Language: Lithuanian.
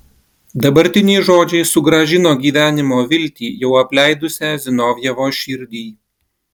dabartiniai žodžiai sugrąžino gyvenimo viltį jau apleidusią zinovjevo širdį